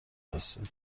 هستیم